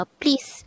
please